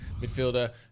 midfielder